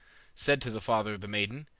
said to the father of the maiden,